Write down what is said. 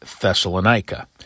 Thessalonica